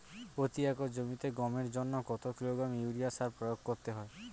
প্রতি একর জমিতে গমের জন্য কত কিলোগ্রাম ইউরিয়া সার প্রয়োগ করতে হয়?